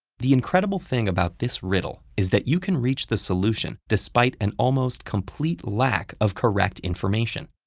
the incredible thing about this riddle is that you can reach the solution despite an almost complete lack of correct information.